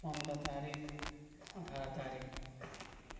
पन्ध्र तारिक अठार तारिक